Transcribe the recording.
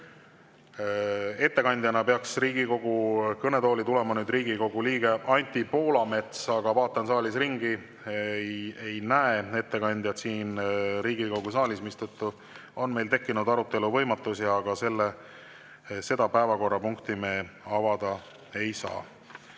Ettekandeks peaks Riigikogu kõnetooli tulema Riigikogu liige Anti Poolamets, aga vaatan saalis ringi ega näe ettekandjat siin Riigikogu saalis, mistõttu on meil tekkinud arutelu võimatus ja ka selle päevakorrapunkti arutelu me avada ei saa.